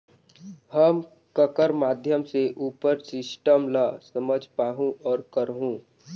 हम ककर माध्यम से उपर सिस्टम ला समझ पाहुं और करहूं?